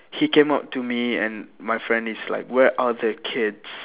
he came up to me and my friend he's like where are the keys